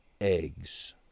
eggs